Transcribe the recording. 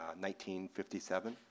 1957